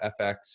FX